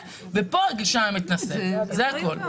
פה הגישה המתנשאת, זה הכול.